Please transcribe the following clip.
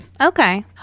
Okay